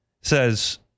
Says